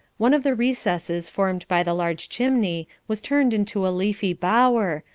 one of the recesses formed by the large chimney was turned into a leafy bower,